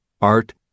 art